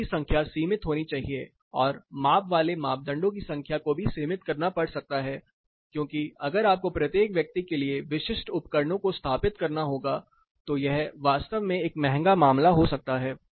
प्रश्नों की संख्या सीमित होनी चाहिए और माप वाले मापदंडों की संख्या को भी सीमित करना पड़ सकता है क्योंकि अगर आपको प्रत्येक व्यक्ति के लिए विशिष्ट उपकरणों को स्थापित करना होगा तो यह वास्तव में एक महंगा मामला हो सकता है